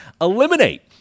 eliminate